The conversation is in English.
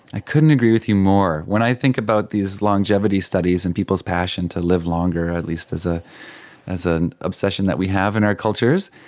i couldn't agree with you more. when i think about these longevity studies and people's passion to live longer, at least as ah as an obsession that we have in our cultures,